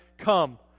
Come